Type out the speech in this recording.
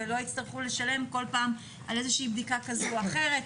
והם לא יצטרכו לשלם כל פעם על איזושהי בדיקה כזו או אחרת.